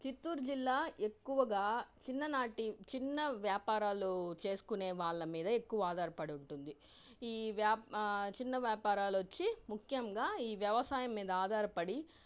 చిత్తూరు జిల్లా ఎక్కువగా చిన్ననాటి చిన్న వ్యాపారాలు చేసుకునే వాళ్ళ మీద ఎక్కువ ఆధారపడి ఉంటుంది ఈ వ్యా చిన్న వ్యాపారాలు వచ్చి ముఖ్యంగా ఈ వ్యవసాయం మీద ఆధారపడి